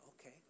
Okay